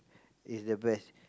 is the best